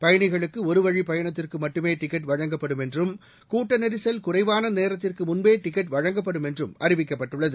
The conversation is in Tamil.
பயணிகளுக்கு ஒருவழி பயணத்திற்கு மட்டுமே டிக்கெட் வழங்கப்படும் என்றும் கூட்ட நெரிசல் குறைவான நேரத்திற்கு முன்பே டிக்கெட் வழங்கப்படும் என்றும் அறிவிக்கப்பட்டுள்ளது